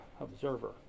observer